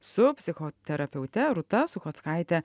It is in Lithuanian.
su psichoterapeute rūta suchockaite